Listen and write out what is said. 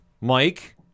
Mike